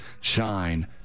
shine